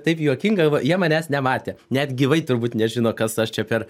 taip juokinga va jie manęs nematė net gyvai turbūt nežino kas aš čia per